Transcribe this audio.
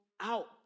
out